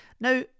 Now